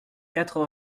quatre